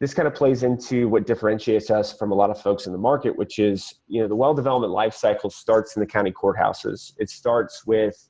this kind of plays into what differentiates us from a lot of folks in the market which is you know well development lifecycle starts in the county court houses. it starts with